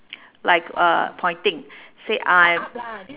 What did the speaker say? like uh pointing say I'm